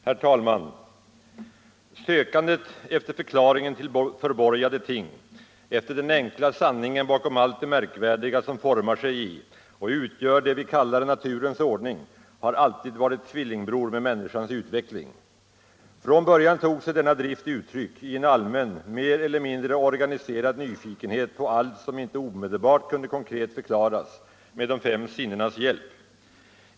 Herr talman! Sökandet efter förklaringen till förborgade ting, efter den enkla sanningen bakom allt det märkvärdiga som formar sig i och utgör det vi kallar naturens ordning har alltid varit tvillingbror med människans utveckling. Från början tog sig denna drift uttryck i en allmän mer eller mindre organiserad nyfikenhet på allt som inte omedelbart kunde konkret förklaras med de fem sinnenas hjälp.